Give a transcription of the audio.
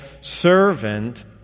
servant